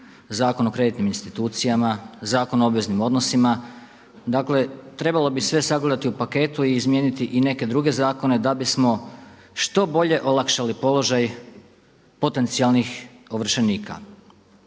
Zakon o kreditnim institucijama, Zakon o obveznim odnosima. Dakle trebalo bi sve sagledati u paketu i izmijeniti i neke druge zakone da bismo što bolje olakšali položaj potencijalnih ovršenika.